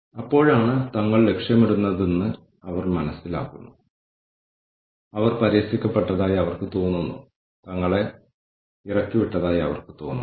അതിനാൽ ഈ ആളുകൾക്കെല്ലാം പണം ലഭിക്കുന്നില്ലെങ്കിലും അല്ലെങ്കിൽ അവർക്ക് ഓർഗനൈസേഷനിൽ പണമിടപാട് ഇല്ലെങ്കിലും അവർ ഇപ്പോഴും ഓർഗനൈസേഷനാൽ ബാധിക്കുന്നു